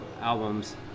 albums